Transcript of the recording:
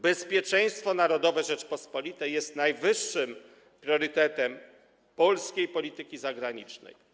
Bezpieczeństwo narodowe Rzeczypospolitej jest najwyższym priorytetem polskiej polityki zagranicznej.